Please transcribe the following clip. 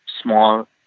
small